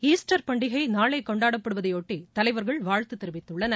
Easter பண்டிகை நாளை கொண்டாடப்படுவதையொட்டி தலைவர்கள் வாழ்த்து தெரிவித்துள்ளனர்